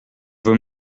veux